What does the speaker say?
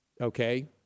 okay